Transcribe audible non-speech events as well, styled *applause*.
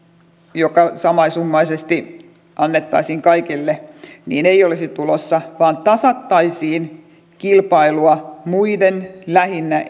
joka samasummaisesti annettaisiin kaikille ei olisi tulossa vaan tasattaisiin kilpailua muiden lähinnä *unintelligible*